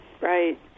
right